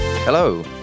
Hello